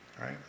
Right